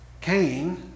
Cain